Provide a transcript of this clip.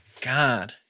God